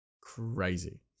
crazy